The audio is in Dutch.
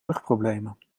rugproblemen